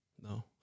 No